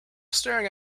staring